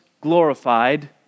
glorified